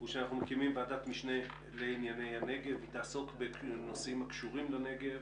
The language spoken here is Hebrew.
אנחנו מקימים ועדת משנה לענייני הנגב שתעסוק בנושאים הקשורים לנגב